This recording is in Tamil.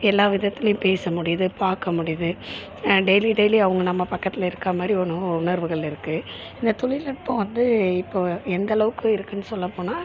எல்லா விதத்துலேயும் பேச முடியுது பார்க்க முடியுது டெய்லி டெய்லி அவங்க நம்ம பக்கத்தில் இருக்கற மாதிரி ஒன்று உணர்வுகள் இருக்குது இந்த தொழில்நுட்பம் வந்து இப்போ எந்த அளவுக்கு இருக்குனு சொல்லப்போனால்